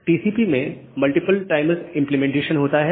TCP में multiple timers implementation होता है